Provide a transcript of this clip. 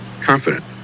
confident